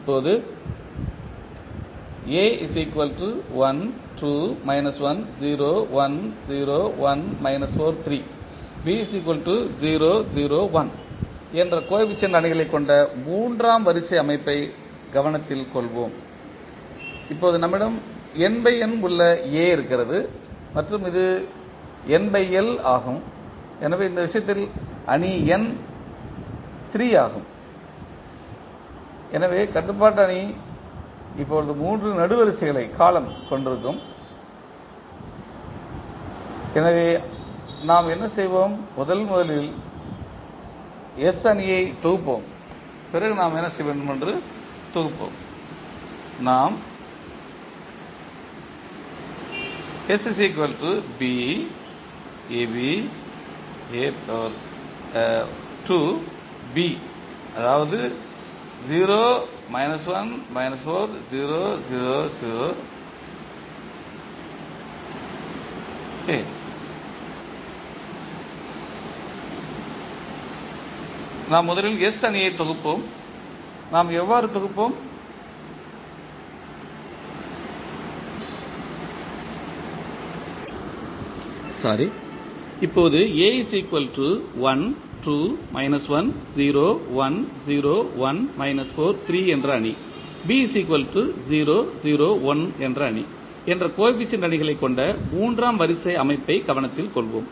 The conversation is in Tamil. இப்போது என்ற கோஎபிசியன்ட் அணிகளை கொண்ட மூன்றாம் வரிசை அமைப்பை கவனத்தில் கொள்வோம்